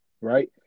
right